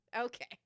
okay